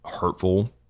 hurtful